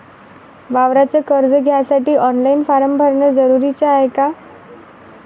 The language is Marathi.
वावराच कर्ज घ्यासाठी ऑनलाईन फारम भरन जरुरीच हाय का?